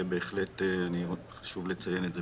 ובהחלט חשוב לציין את זה.